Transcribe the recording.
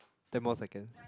ten more seconds